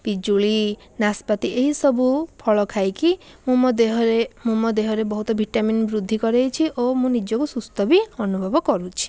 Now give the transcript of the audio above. ପିଜୁଳି ନାସପତି ଏହିସବୁ ଫଳ ଖାଇକି ମୁଁ ମୋ ଦେହରେ ମୁଁ ମୋ ଦେହରେ ବହୁତ ଭିଟାମିନ୍ ବୃଦ୍ଧି କରେଇଛି ଓ ମୁଁ ମୋ ନିଜକୁ ସୁସ୍ଥ ବି ଅନୁଭବ କରୁଛି